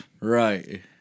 right